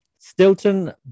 Stilton